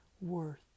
worth